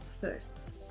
first